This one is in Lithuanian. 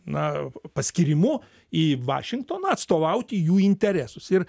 na paskyrimu į vašingtoną atstovauti jų interesus ir